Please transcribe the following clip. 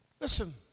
Listen